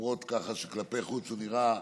כלפי חוץ הוא נראה,